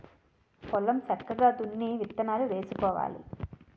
పొలం సక్కగా దున్ని విత్తనాలు వేసుకోవాలి